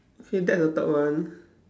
K that's the third one